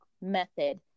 method